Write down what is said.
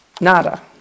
nada